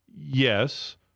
Yes